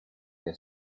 que